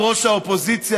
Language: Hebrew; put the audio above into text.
ראש האופוזיציה,